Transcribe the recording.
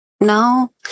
no